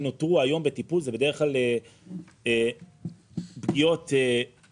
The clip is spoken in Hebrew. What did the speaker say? התיקים שנותרו היום בטיפול זה בדרך כלל פגיעות ישירות,